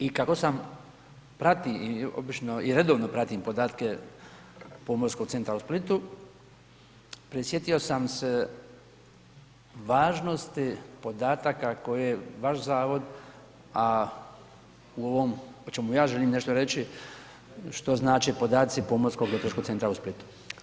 I kako sam pratim, obično i redovno pratim podatke Pomorskog centra u Splitu prisjetio sam se važnosti podataka koje vaš zavod, a u ovom o čemu ja želim nešto reći, što znače podaci Pomorskog meteorološkog centra u Splitu.